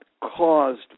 caused